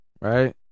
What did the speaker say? Right